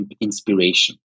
inspiration